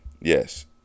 yes